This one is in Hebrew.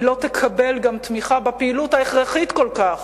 היא לא תקבל גם תמיכה בפעילות ההכרחית כל כך